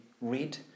read